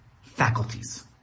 faculties